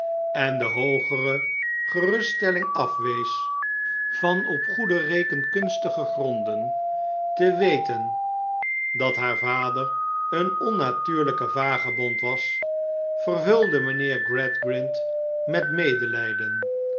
en de hoogere geruststelling afwees van op goede rekenkunstige gronden te weten dat haar vader een onnatuurlijke vagebond was vervulde mijnheer gradgrind met medelijden